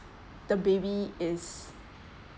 the baby is